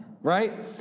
right